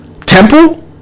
Temple